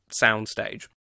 soundstage